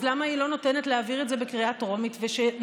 אז למה היא לא נותנת להעביר את זה בקריאה טרומית ושנמתין,